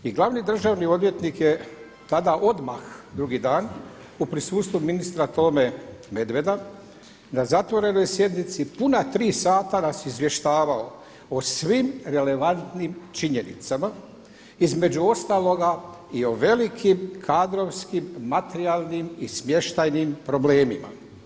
I glavni državni odvjetnik je tada odmah drugi dan u prisustvu ministra Tome Medveda na zatvorenoj sjednici puna tri sata nas izvještavao o svim relevantnim činjenicama, između ostaloga i o velikim kadrovskim, materijalnim i smještajnim problemima.